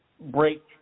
break